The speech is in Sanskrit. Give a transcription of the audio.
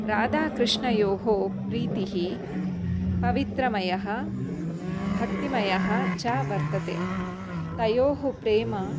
राधाकृष्णयोः प्रीतिः पवित्रमयः भक्तिमयः च वर्तते तयोः प्रेमम्